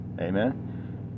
amen